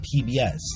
PBS